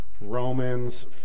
Romans